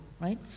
right